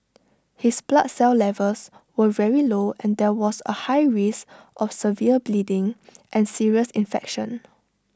his blood cell levels were very low and there was A high risk of severe bleeding and serious infection